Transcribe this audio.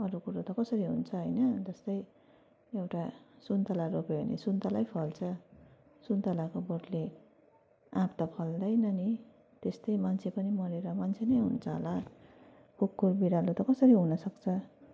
अरू कुरो त कसरी हुन्छ होइन जस्तै एउटा सुन्तला रोप्यो भने सुन्तला फल्छ सुन्तलाको बोटले आँप त फल्दैन नि त्यस्तै मान्छे पनि मरेर मान्छे नै हुन्छ होला कुकुर बिरालो त कसरी हुनसक्छ